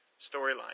storyline